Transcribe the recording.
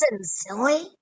silly